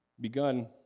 begun